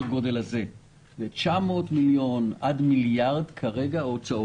הגודל הוצאות בסך 900 מיליון עד מיליארד שקל.